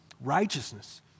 Righteousness